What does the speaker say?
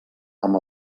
amb